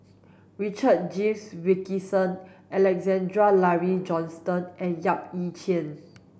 Richard James Wilkinson Alexander Laurie Johnston and Yap Ee Chian